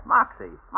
Moxie